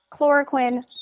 chloroquine